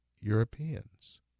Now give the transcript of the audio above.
Europeans